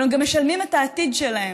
אבל הם משלמים גם את העתיד שלהם.